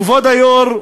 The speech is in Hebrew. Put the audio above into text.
כבוד היושב-ראש,